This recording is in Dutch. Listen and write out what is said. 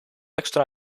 extra